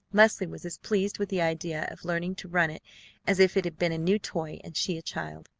leslie was as pleased with the idea of learning to run it as if it had been a new toy and she a child.